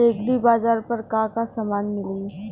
एग्रीबाजार पर का का समान मिली?